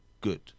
good